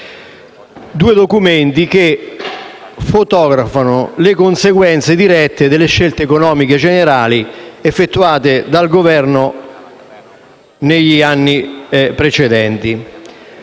due documenti che fotografano le conseguenze dirette delle scelte economiche generali effettuate dal Governo negli anni precedenti.